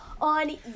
on